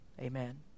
Amen